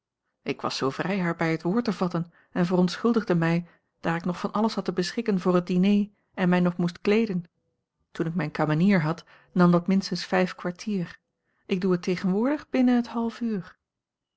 ik was zoo vrij haar bij het woord te vatten en verontschuldigde mij daar ik nog van alles had te beschikken voor het diner en mij nog moest kleeden toen ik mijne kamenier a l g bosboom-toussaint langs een omweg had nam dat minstens vijf kwartier ik doe het tegenwoordig binnen het half uur